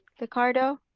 liccardo,